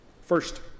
First